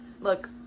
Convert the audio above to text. look